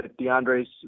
DeAndre's